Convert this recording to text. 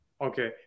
Okay